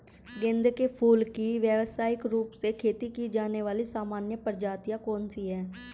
गेंदे के फूल की व्यवसायिक रूप से खेती की जाने वाली सामान्य प्रजातियां कौन सी है?